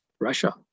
Russia